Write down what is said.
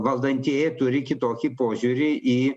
valdantieji turi kitokį požiūrį į